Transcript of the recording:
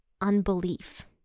unbelief